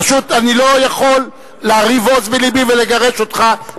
פשוט אני לא יכול להרהיב עוז בלבי ולגרש אותך.